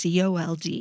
COLD